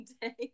day